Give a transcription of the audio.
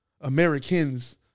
Americans